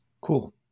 Cool